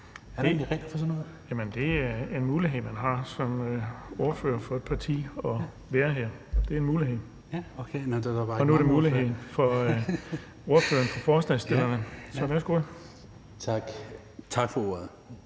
Bonnesen (fg. formand): Jamen det er en mulighed, man har som ordfører for et parti, at være her, det er en mulighed. Og nu er der en mulighed for ordføreren for forslagsstillerne, så værsgo). Tak. Tak for ordet,